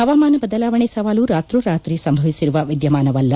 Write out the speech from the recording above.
ಹವಾಮಾನ ಬದಲಾವಣೆ ಸವಾಲು ರಾತ್ರೋರಾತ್ರಿ ಸಂಭವಿಸಿರುವ ವಿದ್ಯಮಾನವಲ್ಲ